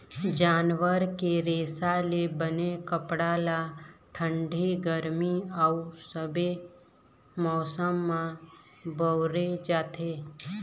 जानवर के रेसा ले बने कपड़ा ल ठंडी, गरमी अउ सबे मउसम म बउरे जाथे